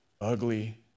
ugly